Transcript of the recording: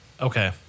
okay